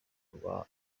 rwa